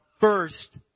first